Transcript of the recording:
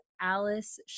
Alice